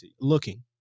Looking